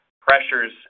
pressures